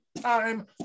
time